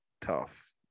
Tough